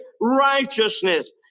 righteousness